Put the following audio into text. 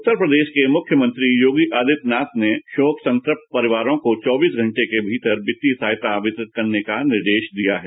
उत्तर प्रदेश के मुख्यमंत्री योगी आदित्यनाथ ने शोक संतप्त परिवारों को चौबीस घंटे के भीतर वित्तीय सहायता वितरित करने का निर्देश दिया है